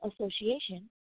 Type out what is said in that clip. Association